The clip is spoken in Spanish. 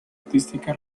artística